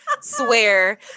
Swear